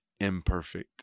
imperfect